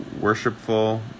worshipful